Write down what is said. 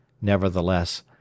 Nevertheless